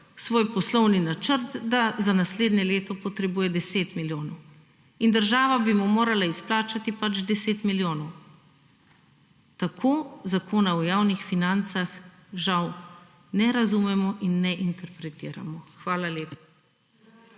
svoj poslovni načrt, da za naslednje leto potrebuje 10 milijonov in država bi mu morala izplačati 10 milijonov. Tako Zakona o javnih financah žal ne razumemo in ne interpretiramo. Hvala lepa.